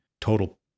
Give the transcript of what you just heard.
total